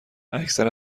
اکثر